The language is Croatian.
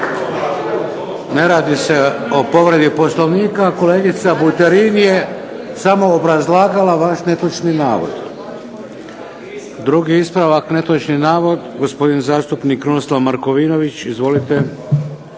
Ne radi se o povredi Poslovnika. Kolegica Buterin je samo obrazlagala vaš netočni navod. Drugi ispravak netočni navod, gospodin zastupnik Krunoslav Markovinović. Izvolite.